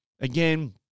Again